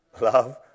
love